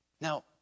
Now